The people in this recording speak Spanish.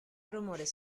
rumores